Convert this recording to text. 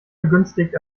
begünstigt